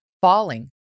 falling